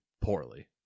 poorly